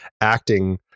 acting